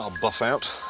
ah buff out.